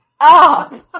up